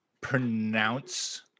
pronounce